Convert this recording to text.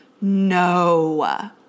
no